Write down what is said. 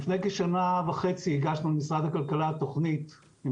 לפני כשנה וחצי הגשנו למשרד הכלכלה תכנית עם